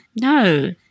no